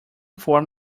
form